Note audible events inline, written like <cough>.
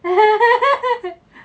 <laughs>